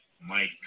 Mike